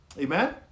Amen